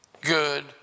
good